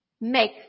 Make